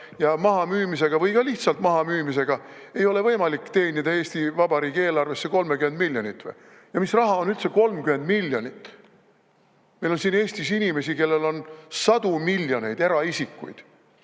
ja mahamüümisega või ka lihtsalt mahamüümisega ei ole võimalik teenida Eesti Vabariigi eelarvesse 30 miljonit või? Mis raha on üldse 30 miljonit? Meil on siin Eestis inimesi, eraisikuid, kellel on sadu miljoneid.